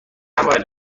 نباید